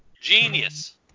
Genius